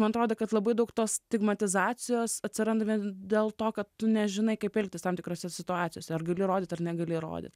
man atrodo kad labai daug tos stigmatizacijos atsiranda dėl to kad tu nežinai kaip elgtis tam tikrose situacijose ar gali rodyt ar negali įrodyt